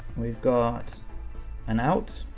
we've got an out,